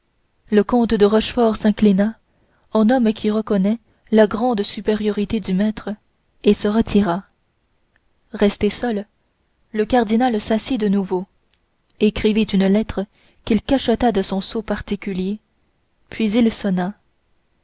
le comte de rochefort s'inclina en homme qui reconnaît la grande supériorité du maître et se retira resté seul le cardinal s'assit de nouveau écrivit une lettre qu'il cacheta de son sceau particulier puis il sonna